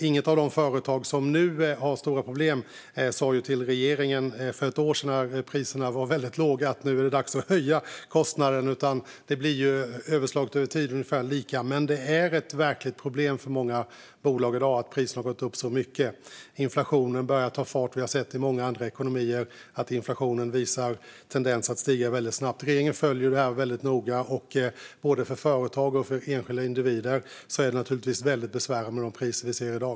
Inget av de företag som nu har stora problem sa till regeringen för ett år sedan, när priserna var väldigt låga: Nu är det dags att höja kostnaden! Utslaget över tid blir det ungefär lika. Men det är ett verkligt problem för många bolag i dag att priserna har gått upp så mycket. Inflationen börjar ta fart, och vi har sett många andra ekonomier där inflationen visar en tendens att stiga väldigt snabbt. Regeringen följer detta noga. Både för företag och för enskilda individer är det naturligtvis väldigt besvärande med de priser vi ser i dag.